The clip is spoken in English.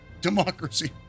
democracy